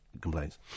complains